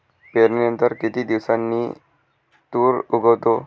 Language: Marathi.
पेरणीनंतर किती दिवसांनी तूर उगवतो?